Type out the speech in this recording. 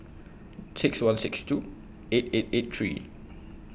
six one six two eight eight eight three